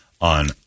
On